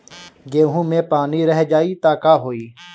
गेंहू मे पानी रह जाई त का होई?